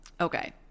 okay